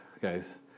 guys